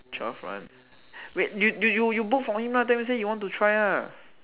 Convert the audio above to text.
twelve one wait you you you book for him lah tell him say you want to try lah